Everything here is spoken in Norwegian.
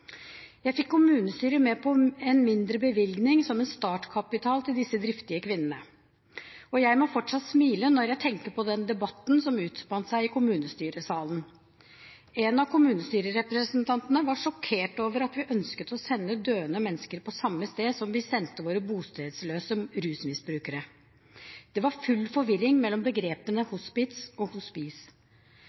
Jeg fikk kommunestyret med på en mindre bevilgning som en startkapital til disse driftige kvinnene. Jeg må fortsatt smile når jeg tenker på den debatten som utspant seg i kommunestyresalen. En av kommunestyrerepresentantene var sjokkert over at vi ønsket å sende døende mennesker på samme sted som vi sendte våre bostedsløse rusmisbrukere. Det var full forvirring mellom begrepene «hospits» og